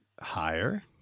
Higher